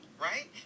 right